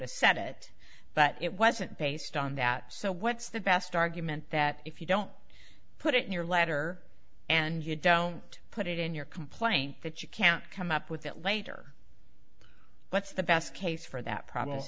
set it but it wasn't based on that so what's the best argument that if you don't put it in your letter and you don't put it in your complaint that you can't come up with it later what's the best case for that problem